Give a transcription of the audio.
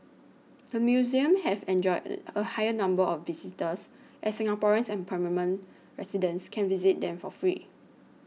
the museums have enjoyed a higher number of visitors as Singaporeans and permanent residents can visit them for free